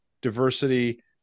diversity